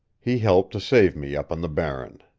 he helped to save me up on the barren.